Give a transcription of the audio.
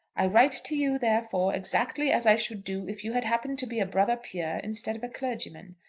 i write to you, therefore, exactly as i should do if you had happened to be a brother peer instead of a clergyman.